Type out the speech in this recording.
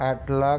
आठ लाख